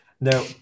Now